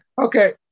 Okay